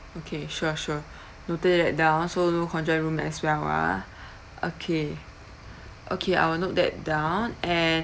okay sure sure noted that down so no conjoined room as well ah okay okay I will note that down and